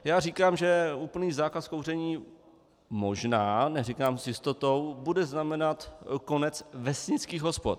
Já říkám, že úplný zákaz kouření, možná, neříkám s jistotou, bude znamenat konec vesnických hospod.